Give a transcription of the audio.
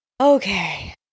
Okay